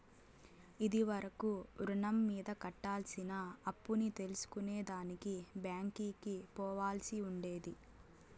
ఇది వరకు రుణం మీద కట్టాల్సిన అప్పుని తెల్సుకునే దానికి బ్యాంకికి పోవాల్సి ఉండేది